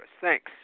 Thanks